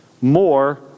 more